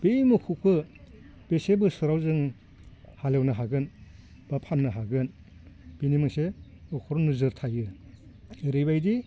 बै मोसौखौ बेसे बोसोराव जों हालौनो हागोन बा फाननो हागोन बेनि मोनसे नखर नोजोर थायो ओरैबायदि